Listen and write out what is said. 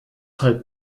halb